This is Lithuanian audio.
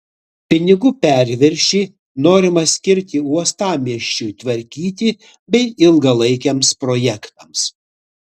pinigų perviršį norima skirti uostamiesčiui tvarkyti bei ilgalaikiams projektams